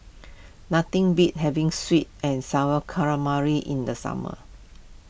nothing beats having Sweet and Sour Calamari in the summer